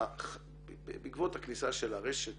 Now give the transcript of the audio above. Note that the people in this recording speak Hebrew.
בעקבות הכניסה של הרשת,